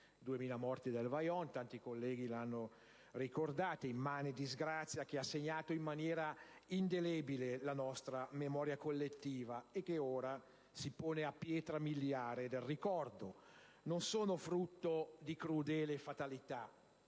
I 2.000 morti del Vajont, che altri colleghi hanno ricordato, nell'immane disgrazia che ha segnato in maniera indelebile la nostra memoria collettiva e che ora si pone a pietra miliare del ricordo, non sono frutto di crudele fatalità,